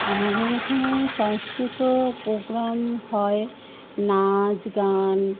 আমাদের এখানে সাংস্কৃতিক পোগ্রাম হয় নাচ গান